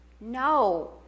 No